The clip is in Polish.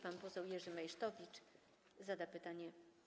Pan poseł Jerzy Meysztowicz zada pytanie.